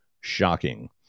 Shocking